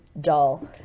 dull